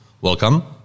Welcome